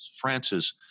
Frances